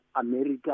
America